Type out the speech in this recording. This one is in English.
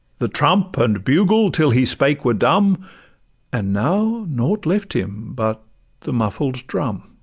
the trump and bugle till he spake were dumb and now nought left him but the muffled drum